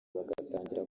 bagatangira